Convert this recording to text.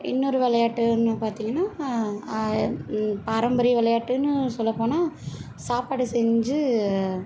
இன்னொரு விளையாட்டு ஒன்று பார்த்தீங்கனா பாரம்பரிய விளையாட்டுன்னு சொல்லப்போனால் சாப்பாடு செஞ்சு